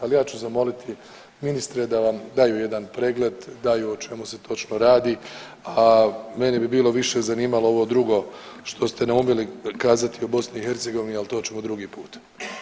Ali ja ću zamoliti ministre da vam daju jedan pregled, daju o čemu se točno radi, a mene bi više zanimalo ovo drugo što ste naumili kazati o BiH, ali to ćemo drugi puta.